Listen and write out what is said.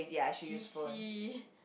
G C